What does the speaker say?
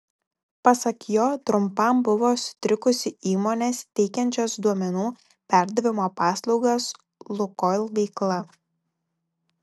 pasak jo trumpam buvo sutrikusi įmonės teikiančios duomenų perdavimo paslaugas lukoil veikla